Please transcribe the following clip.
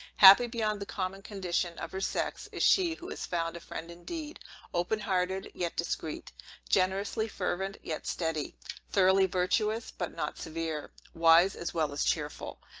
happy beyond the common condition of her sex, is she who has found a friend indeed open hearted, yet discreet generously fervent, yet steady thoroughly virtuous, but not severe wise, as well as cheerful!